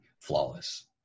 flawless